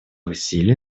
усилий